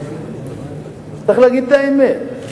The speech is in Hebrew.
צריך להגיד את האמת.